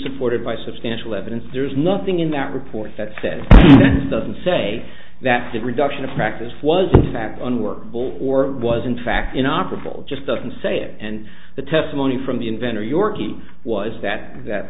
unsupported by substantial evidence there's nothing in that report that said it doesn't say that the reduction of practice was in fact on work ball or was in fact in operable just doesn't say it and the testimony from the inventor yorkie was that that